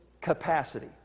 capacity